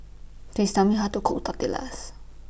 Please Tell Me How to Cook Tortillas